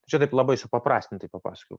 čia taip labai supaprastintai papasakojau